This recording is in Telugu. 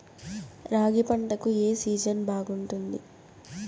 రాగి పంటకు, ఏ సీజన్ బాగుంటుంది?